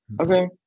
Okay